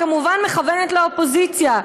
כמובן, היא מכוונת לאופוזיציה.